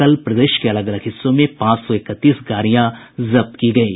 कल प्रदेश के अलग अलग हिस्सों में पांच सौ इकतीस गाड़िया जब्त की गयी